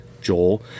Joel